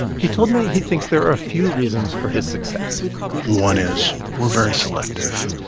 he told me he thinks there are a few reasons for his success one is we're very selective.